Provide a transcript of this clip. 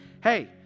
hey